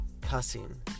cussing